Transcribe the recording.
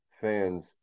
fans